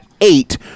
eight